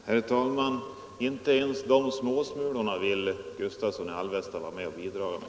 Herr talman! Inte ens de småsmulorna vill herr Gustavsson i Alvesta vara med om att bidra med.